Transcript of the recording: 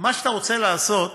מה שאתה רוצה לעשות,